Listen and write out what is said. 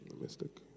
Mystic